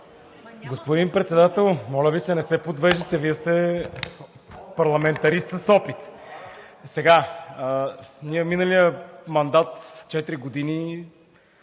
Господин Председател, моля Ви, не се подвеждайте, Вие сте парламентарист с опит. В миналия мандат четири